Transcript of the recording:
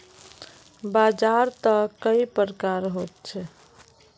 बाजार त कई प्रकार होचे?